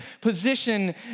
position